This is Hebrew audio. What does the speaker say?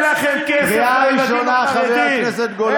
קריאה ראשונה, חבר הכנסת גולן.